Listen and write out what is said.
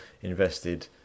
invested